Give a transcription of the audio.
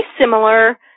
similar